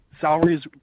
salaries